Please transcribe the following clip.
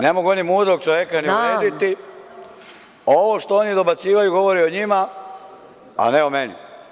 Ne mogu oni mudrog čoveka zbuniti, ni uvrediti, a ovo što oni dobacuju govori o njima, a ne o meni.